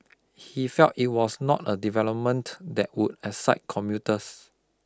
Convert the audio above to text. he felt it was not a development that would excite commuters